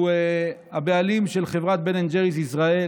שהוא הבעלים של חברת בן אנד ג'ריס ישראל,